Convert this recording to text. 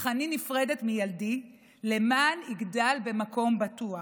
אך אני נפרדת מילדי למען יגדל במקום בטוח,